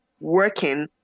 working